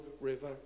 River